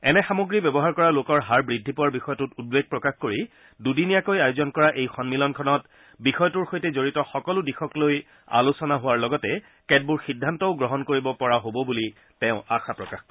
এনে সামগ্ৰী ব্যৱহাৰ কৰা লোকৰ হাৰ বুদ্ধি পোৱাৰ বিষয়টোত উদ্বেগ প্ৰকাশ কৰি দুদিনীয়াকৈ আয়োজন কৰা এই সমিলনখনত বিষয়টোৰ সৈতে জড়িত সকলো দিশক লৈ আলোচনা হোৱাৰ লগতে কেতবোৰ সিদ্ধান্তও গ্ৰহণ কৰিব পৰা হ'ব বুলি তেওঁ আশা প্ৰকাশ কৰে